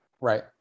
Right